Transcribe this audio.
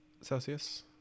Celsius